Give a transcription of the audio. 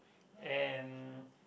and